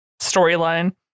storyline